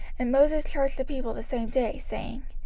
and moses charged the people the same day, saying,